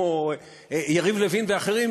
כמו יריב לוין ואחרים,